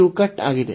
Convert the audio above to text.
ಇದು ಕಟ್ ಆಗಿದೆ